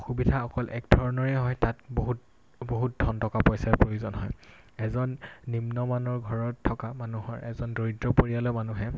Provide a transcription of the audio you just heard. সুবিধা অকল এক ধৰণৰে হয় তাত বহুত বহুত ধন টকা পইচাৰ প্ৰয়োজন হয় এজন নিম্নমানৰ ঘৰত থকা মানুহৰ এজন দৰিদ্ৰ পৰিয়ালৰ মানুহে